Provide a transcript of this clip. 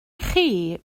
chi